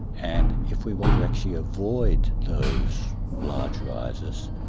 and if we want to actually avoid those large rises,